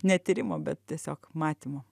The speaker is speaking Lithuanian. ne tyrimo bet tiesiog matymo